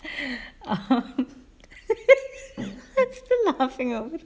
still laughing